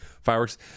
fireworks